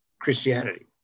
Christianity